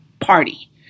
party